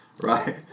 Right